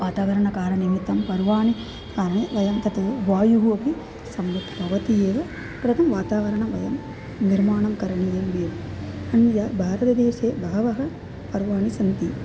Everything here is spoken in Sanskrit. वातावरणकारणनिमित्तं पर्वाणि कानि वयं तत् वायुः अपि सम्यक् भवति एव प्रथमं वातावरणं वयं निर्माणं करणीयम् एव अन्यत् भारतदेशे बहूनि पर्वाणि सन्ति